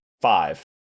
five